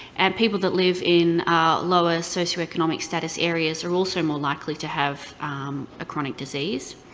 and people that live in lower socioeconomic status areas are also more likely to have a chronic disease.